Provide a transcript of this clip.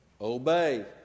Obey